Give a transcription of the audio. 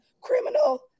criminal